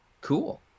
cool